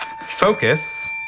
focus